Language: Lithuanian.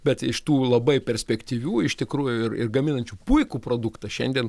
bet iš tų labai perspektyvių iš tikrųjų ir ir gaminančių puikų produktą šiandien